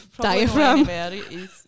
diaphragm